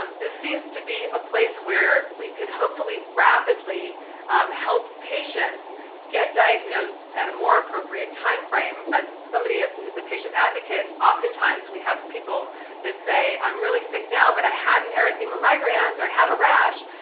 um this seems to be a place where we could, hopefully, rapidly help patients get diagnosed at a more appropriate timeframe. as somebody who is a patient advocate, oftentimes, we have people that say, i'm really sick now, but i had and erythema migrans or had a rash.